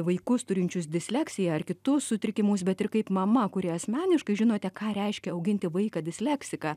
vaikus turinčius disleksiją ar kitus sutrikimus bet ir kaip mama kuri asmeniškai žinote ką reiškia auginti vaiką disleksiką